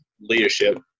leadership